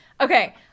Okay